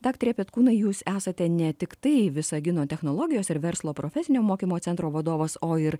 daktare petkūnai jūs esate ne tiktai visagino technologijos ir verslo profesinio mokymo centro vadovas o ir